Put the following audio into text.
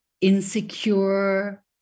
insecure